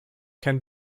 can